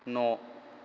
न'